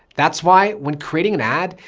that's why when creating an ad,